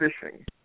fishing